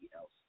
else